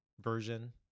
version